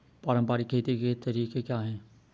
पारंपरिक खेती के तरीके क्या हैं?